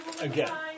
Again